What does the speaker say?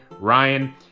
ryan